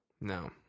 No